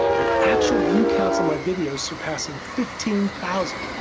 and actual view counts of my videos surpassing fifteen thousand.